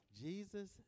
Jesus